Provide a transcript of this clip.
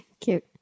cute